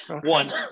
one